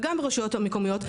וגם הרשויות המקומיות,